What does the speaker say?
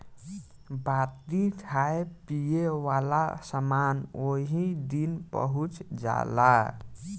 बाकी खाए पिए वाला समान ओही दिन पहुच जाला